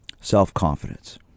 self-confidence